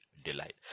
delight